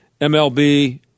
MLB